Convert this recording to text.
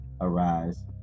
arise